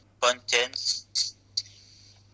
contents